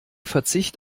verzicht